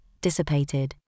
dissipated